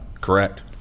Correct